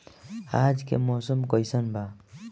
आज के मौसम कइसन बा?